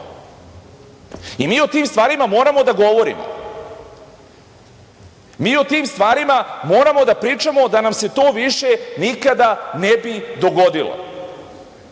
Mi o tim stvarima moramo da govorimo. Mi o tim stvarima moramo da pričamo da nam se to više nikada ne bi dogodilo. Vi